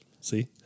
see